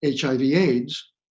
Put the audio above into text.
HIV-AIDS